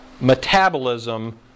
metabolism